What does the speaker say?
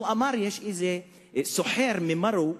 הוא סיפר שיש איזה סוחר ממרו,